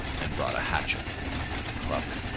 and brought a hatchet and a club.